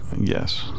Yes